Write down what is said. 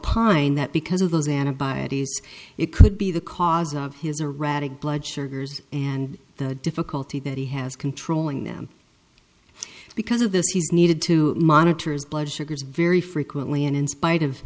opined that because of those antibodies it could be the cause of his or radek blood sugars and the difficulty that he has controlling them because of this he's needed to monitor his blood sugars very frequently and in spite of